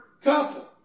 couple